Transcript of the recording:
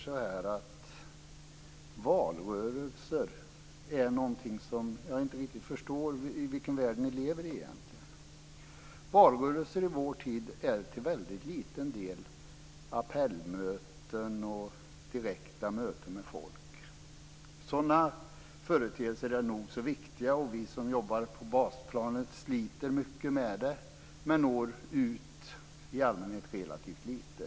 Jag förstår inte riktigt i vilken värld ni egentligen lever. Valrörelser i vår tid är till väldigt liten del appellmöten och direkta möten med människor. Sådana företeelser är nog så viktiga. Vi som jobbar på basplanet sliter mycket med det, men når i allmänhet ut relativt lite.